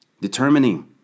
Determining